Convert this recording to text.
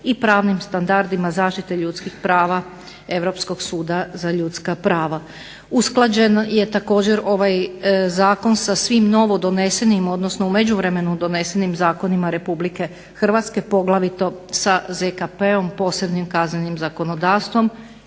i pravnim standardima zaštite ljudskih prava Europskog suda za ljudska prava. Usklađen je također ovaj zakon sa svim novo donesenim, odnosno u međuvremenu donesenim zakonima RH, poglavito sa ZKP-om, posebnim kaznenim zakonodavstvom